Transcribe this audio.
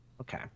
Okay